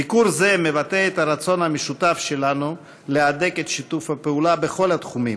ביקור זה מבטא את הרצון המשותף שלנו להדק את שיתוף הפעולה בכל התחומים,